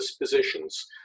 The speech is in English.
positions